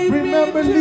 remember